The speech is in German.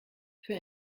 für